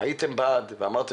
הייתם בעד, ואמרתם